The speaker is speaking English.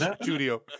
Studio